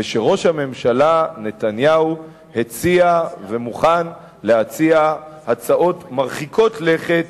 ושראש הממשלה נתניהו הציע ומוכן להציע הצעות מרחיקות לכת.